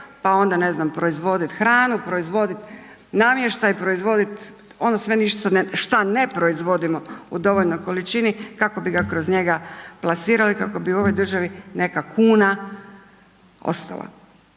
pa onda ne znam proizvoditi hranu, proizvoditi namještaj, proizvoditi. .../Govornik se ne razumije./... šta ne proizvodimo u dovoljnoj količini kako bi ga kroz njega plasirali, kako bi u ovoj državi neka kuna ostala